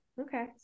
Okay